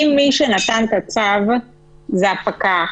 אם מי שנתן את הצו זה הפקח,